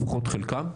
לפחות חלקם.